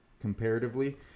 comparatively